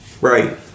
Right